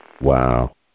Wow